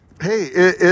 Hey